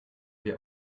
wir